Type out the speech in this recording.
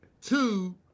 two